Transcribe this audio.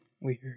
Weird